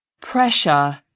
Pressure